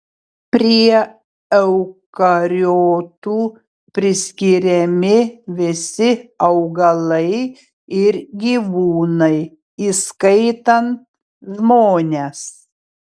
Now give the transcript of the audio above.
prie eukariotų priskiriami visi augalai ir gyvūnai įskaitant žmones